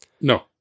No